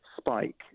spike